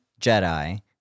Jedi